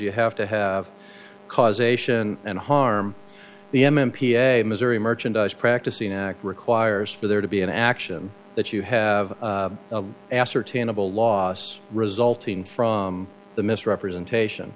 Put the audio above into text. you have to have causation and harm the m p a missouri merchandise practicing act requires for there to be an action that you have ascertainable loss resulting from the misrepresentation